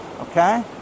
okay